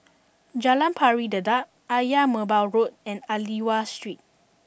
Jalan Pari Dedap Ayer Merbau Road and Aliwal Street